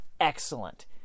Excellent